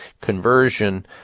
conversion